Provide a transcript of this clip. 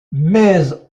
mais